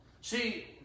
See